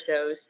shows